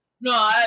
No